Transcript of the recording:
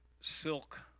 silk